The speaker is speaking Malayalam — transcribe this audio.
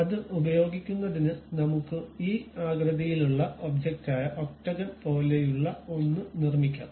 അത് ഉപയോഗിക്കുന്നതിന് നമുക്ക് ഈ ആകൃതിയിലുള്ള ഒബ്ജക്റ്റായ ഒക്റ്റഗൺ പോലെയുള്ള ഒന്ന് നിർമ്മിക്കാം